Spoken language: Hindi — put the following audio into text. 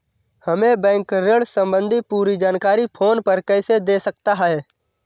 हमें बैंक ऋण संबंधी पूरी जानकारी फोन पर कैसे दे सकता है?